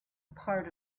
part